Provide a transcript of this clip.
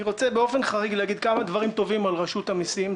אני רוצה באופן חריג להגיד כמה דברים טובים על רשות המיסים,